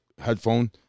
headphone